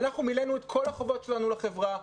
אנחנו מילאנו את כל החובות שלנו לחברה,